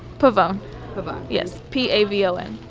pavon um but yes, p a v o n.